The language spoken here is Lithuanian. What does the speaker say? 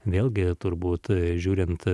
vėlgi turbūt žiūrint